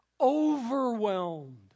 overwhelmed